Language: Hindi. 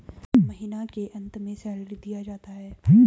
महीना के अंत में सैलरी दिया जाता है